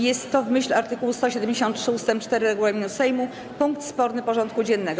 Jest to, w myśl art. 173 ust. 4 regulaminu Sejmu, punkt sporny porządku dziennego.